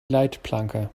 leitplanke